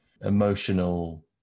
emotional